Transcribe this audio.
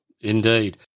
Indeed